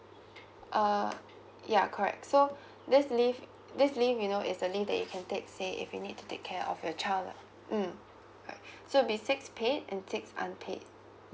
uh ya correct so this leave this leave you know is the leave you can take say if you need to take care of your child lah mm right so basic pay and fixed unpaid